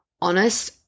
honest